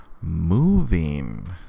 moving